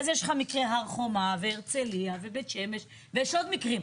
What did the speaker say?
אז יש לך מקרה הר חומה והרצליה ובית שמש ויש עוד מקרים.